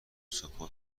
صبحها